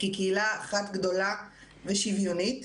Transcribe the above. כקהילה אחת גדולה ושוויונית.